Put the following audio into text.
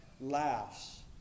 laughs